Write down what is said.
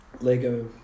Lego